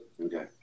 Okay